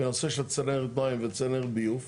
בנושא של צנרת מים וצנרת ביוב,